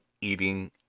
eating